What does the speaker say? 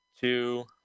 two